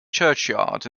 churchyard